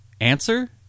Answer